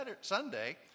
Sunday